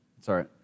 Sorry